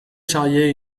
charriait